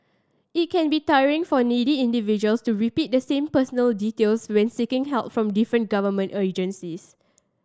it can be tiring for needy individuals to repeat the same personal details when seeking help from different government agencies